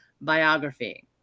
biography